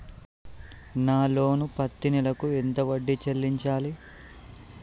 నా లోను పత్తి నెల కు ఎంత వడ్డీ చెల్లించాలి?